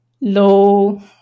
low